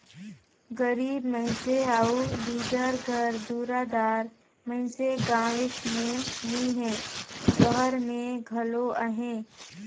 गरीब मइनसे अउ बिगर घर दुरा दार मइनसे गाँवेच में नी हें, सहर में घलो अहें